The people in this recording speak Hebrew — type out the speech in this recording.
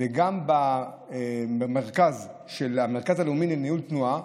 וגם במרכז הלאומי לניהול תנועה.